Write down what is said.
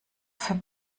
für